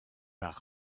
par